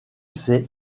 sais